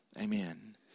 amen